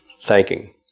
thanking